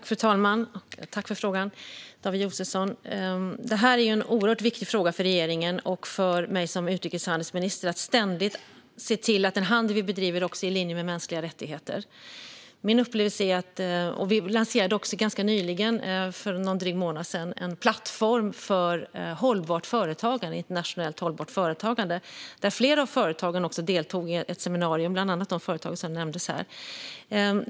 Fru talman! Jag tackar David Josefsson för frågan. Det är oerhört viktigt för regeringen och för mig som utrikeshandelsminister att ständigt se till att den handel vi bedriver är i linje med mänskliga rättigheter. Vi lanserade ganska nyligen, för drygt en månad sedan, en plattform för internationellt hållbart företagande. Flera av företagarna deltog också i ett seminarium, bland annat de företag som nämndes av ledamoten.